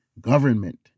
Government